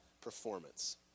Performance